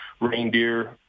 reindeer